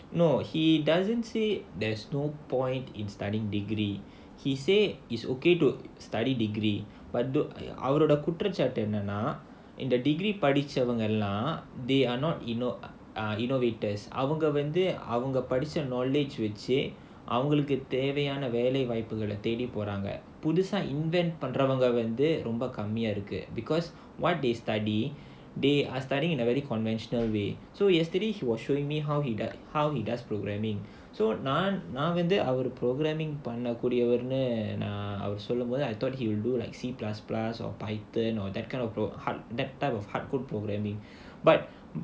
no he doesn't say there's no point in studying degree he say it's okay to study degree but அவரோட குற்றச்சாட்டு என்னனா:avaroda kutrachaattu ennanaa in the degree படிச்சவங்க எல்லாம்:padichavanga ellaam they are not innovators our அவங்க வந்து அவங்க படிச்ச:avanga vandhu avanga padicha knowledge வச்சி அவங்களுக்கு தேவையான வேலை வாய்ப்ப தேடி போறாங்க:vachi avangalukku thevaiyaana vela vaipa thedi poraanga because what they study they are studying in a very conventional way so yesterday he was showing me how he how he does programming so நான் வந்து:naan vandhu our programming பண்ண கூடிய ஒன்னு நான் சொல்லும் போது:panna koodiya onnu naan sollum pothu I thought he'll do like C plus plus or python or that kind of code hard that type of hard code programming but